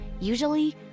Usually